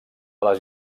les